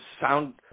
sound